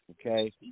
okay